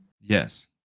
Yes